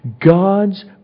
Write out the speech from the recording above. God's